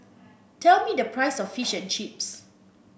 tell me the price of Fish and Chips